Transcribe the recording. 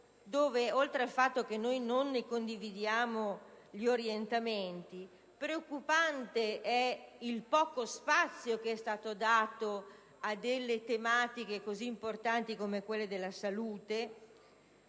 dove, oltre al fatto che non ne condividiamo gli orientamenti, preoccupante è il poco spazio che è stato dato a tematiche così importanti come quelle della salute.